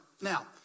Now